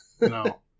No